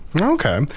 okay